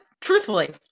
truthfully